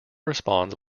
responds